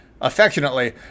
Affectionately